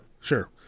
Sure